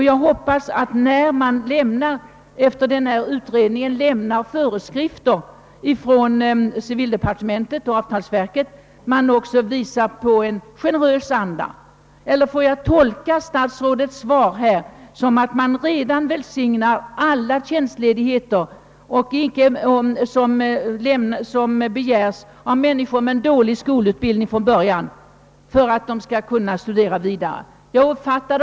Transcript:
Jag hoppas att civildepartementet och avtalsverket, när de efter nämnda utredning lämnar föreskrifter, skall visa sig generösa. Eller får jag tolka statsrådets svar så, att han redan nu välsignar alla tjänstledigheter som begärs av människor med dålig skolutbildning i avsikt att studera vidare?